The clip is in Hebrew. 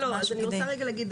לא, אני רוצה להגיד.